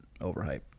overhyped